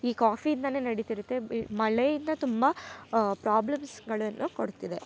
ಈ ಕಾಫಿಯಿಂದಾನೆ ನಡಿತಿರುತ್ತೆ ಈ ಮಳೆಯಿಂದ ತುಂಬ ಪ್ರಾಬ್ಲಮ್ಸ್ಗಳನ್ನು ಕೊಡ್ತಿದೆ